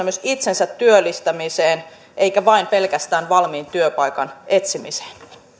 myös itsensä työllistämiseen eikä vain pelkästään valmiin työpaikan etsimiseen